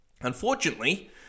Unfortunately